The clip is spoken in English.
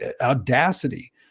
audacity